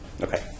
Okay